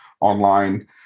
online